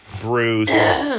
Bruce